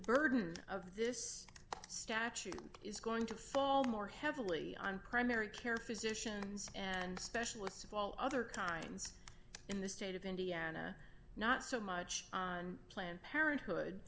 burden of this statute is going to fall more heavily on primary care physicians and specialists of all other kinds in the state of indiana not so much on planned parenthood